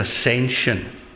ascension